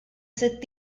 sitt